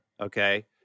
okay